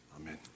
Amen